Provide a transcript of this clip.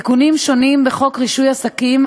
לערוך תיקונים שונים בחוק רישוי עסקים,